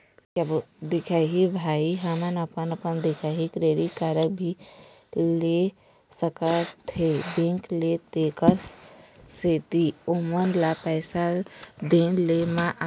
दिखाही भाई हमन अपन अपन दिखाही क्रेडिट कारड भी ले सकाथे बैंक से तेकर सेंथी ओमन ला पैसा लेन देन मा आसानी होथे?